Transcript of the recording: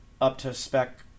up-to-spec